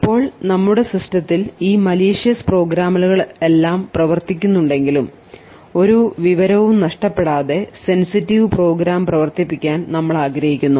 ഇപ്പോൾ നമ്മുടെ സിസ്റ്റത്തിൽ ഈ malicious പ്രോഗ്രാമുകളെല്ലാം പ്രവർത്തിക്കുന്നുണ്ടെങ്കിലും ഒരു വിവരവും നഷ്ടപ്പെടാതെ സെൻസിറ്റീവ് പ്രോഗ്രാം പ്രവർത്തിപ്പിക്കാൻ നമ്മൾ ആഗ്രഹിക്കുന്നു